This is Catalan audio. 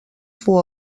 fou